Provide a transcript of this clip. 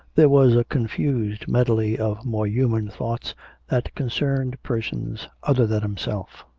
there was a confused medley of more human thoughts that concerned persons other than himself.